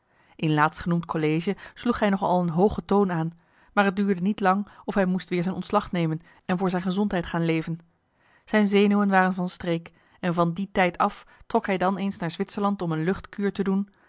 in laatstgenoemd college sloeg hij nog al een hooge toon aan maar het duurde niet lang of hij moest weer zijn ontslag nemen en voor zijn gezondheid gaan leven zijn zenuwen waren van streek en van die tijd af trok hij dan eens naar zwitserland om een luchtkuur te doen